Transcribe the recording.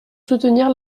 soutenir